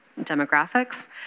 demographics